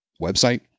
website